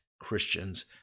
Christians